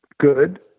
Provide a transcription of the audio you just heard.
good